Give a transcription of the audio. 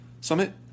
Summit